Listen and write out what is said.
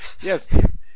Yes